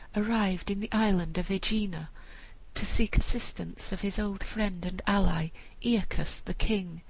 arrived in the island of aegina to seek assistance of his old friend and ally aeacus, the king,